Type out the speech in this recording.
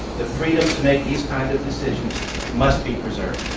the freedom to make these kind of decisions must be preserved.